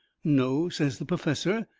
no, says the perfessor,